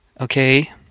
okay